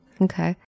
Okay